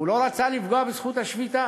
הוא לא רצה לפגוע בזכות השביתה.